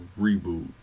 reboot